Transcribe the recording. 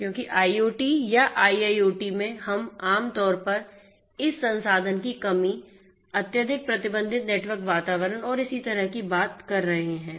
क्योंकि IoT या IIoT में हम आम तौर पर इस संसाधन की कमी अत्यधिक प्रतिबंधित नेटवर्क वातावरण और इसी तरह की बात कर रहे हैं